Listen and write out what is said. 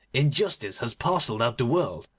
injustice has parcelled out the world,